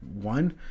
one